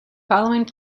following